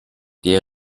der